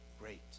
great